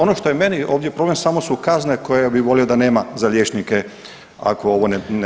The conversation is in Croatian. Ono što je meni ovdje problem, samo su kazne koje bi volio da nema za liječnike ako ovo ne,